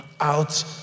out